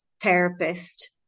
therapist